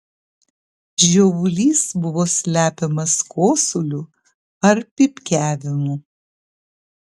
žiovulys buvo slepiamas kosuliu ar pypkiavimu